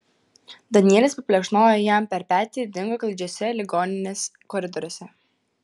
danielis paplekšnojo jam per petį ir dingo klaidžiuose ligoninės koridoriuose